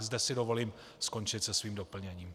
Zde si dovolím skončit se svým doplněním.